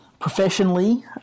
professionally